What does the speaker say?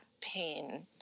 pain